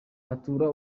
atura